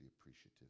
appreciative